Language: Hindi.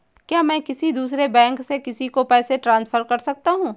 क्या मैं किसी दूसरे बैंक से किसी को पैसे ट्रांसफर कर सकता हूँ?